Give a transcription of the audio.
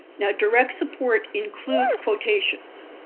now, direct support includes quotations.